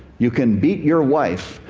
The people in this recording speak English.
you can beat your wife.